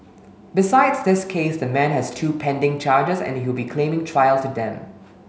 besides this case the man has two pending charges and he will be claiming trial to them